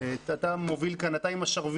אתה עם השרביט.